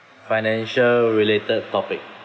financial-related topic